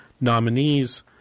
nominees